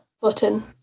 button